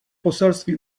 poselství